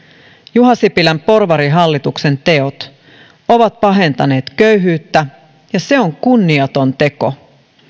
juha sipilän porvarihallituksen teot ovat pahentaneet köyhyyttä ja se on kunniaton teko